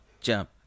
jump